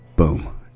Boom